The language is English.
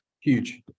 huge